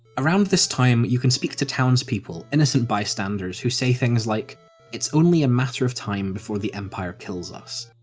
around this time, you can speak to townspeople, innocent bystanders, who say things like it's only a matter of time before the empire kills us,